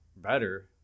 Better